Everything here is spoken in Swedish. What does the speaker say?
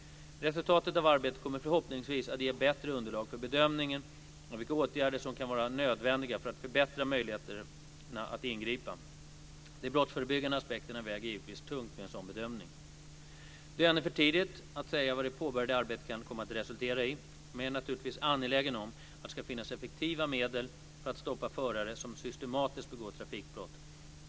Resultatet av arbetet kommer förhoppningsvis att ge bättre underlag för bedömningen av vilka åtgärder som kan vara nödvändiga för att förbättra möjligheterna att ingripa. De brottsförebyggande aspekterna väger givetvis tungt vid en sådan bedömning. Det är ännu för tidigt att säga vad det påbörjade arbetet kan komma att resultera i, men jag är naturligtvis angelägen om att det ska finnas effektiva medel för att stoppa förare som systematiskt begår trafikbrott.